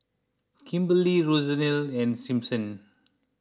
Kimberlee Rosalyn and Simpson